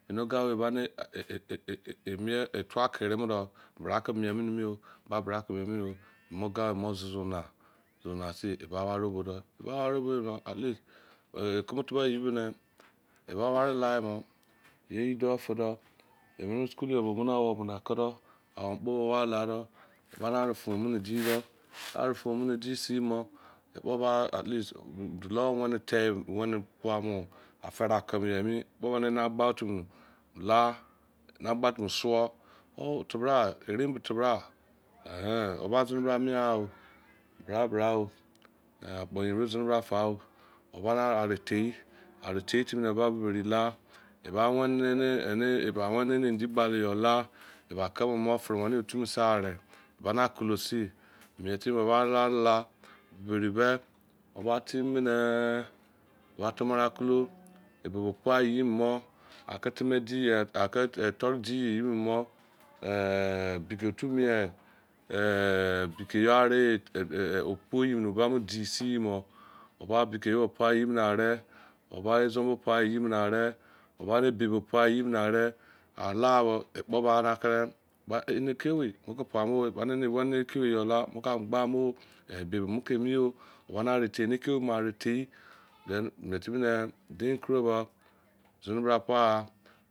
Ene oguwei gbarne ehi emein e tuwa kere do, miral ke mien neyo ba bra ke mien me ogawei mososu na sosu na sin eba ware bo de ba ware at least keme tubo ye ne eba ware la ye mo ye do fe do e mu school yo mu na wo bo ake do akpo ware la do ware fe me ne dido ware fe me di sin bo ekpo at least bolou were te mo wene pai-mo afere ake me ne ekpo wene ene agba otu la suo oh tebra oh ere mo tebra o ehn o zine bra mien o bra bra o ehn akpo yerin bo zine bra fa o. ware re tei timi ne ba buboru la ba usene ne indi gbale ur la eba keme mo fere wene me otu sare ban na kule sin mien timi ba ware la egberi gbe timi ne ba tamara kulu eba ke pai ye mo ke temi diya, toro di ye more ehn beke otu mien ehn picke ye o pun ba modise mo ba piki pai ye bo ares oba izon ye bone pai ye bo are ware ebi pai ye bo are ala bo ekpo la na kere ene ikiowei ane ne wene ikiowei la am gba mo ebi mo ke emi yo wene are ke te, ma are te mien timi ne dun koro bo zine bra pai.